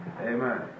Amen